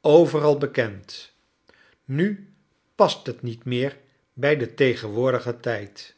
overal bekend nu past het niet meer bij den tegenwoordigen tijd